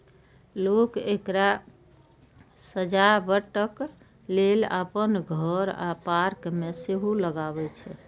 लोक एकरा सजावटक लेल अपन घर आ पार्क मे सेहो लगबै छै